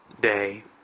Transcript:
day